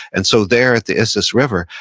and so, there at the issus river,